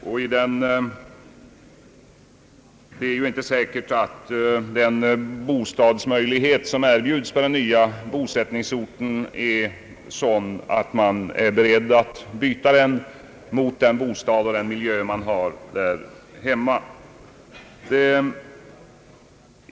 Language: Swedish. Det är inte heller säkert att den bostadsmöjlighet, som erbjuds på anställningsorten, är sådan att man är beredd att lämna den miljö man har sedan gammalt.